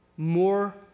More